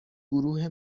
گروه